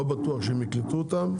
ולא בטוח שיקלטו אותם,